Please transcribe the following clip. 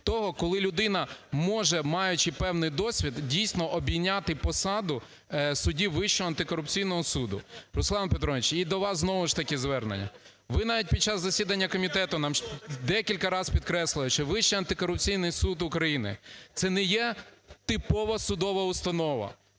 того, коли людина може, маючи певний досвід, дійсно, обійняти посаду судді Вищого антикорупційного суду. Руслане Петровичу, і до вас знову ж таки звернення. Ви навіть під час засідання комітету нам декілька раз підкреслили, що Вищий антикорупційний суд України – це не є типова судова установа.